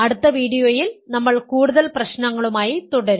അടുത്ത വീഡിയോയിൽ നമ്മൾ കൂടുതൽ പ്രശ്നങ്ങളുമായി തുടരും